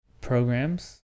Programs